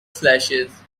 slashes